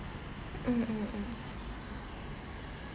mm mm mm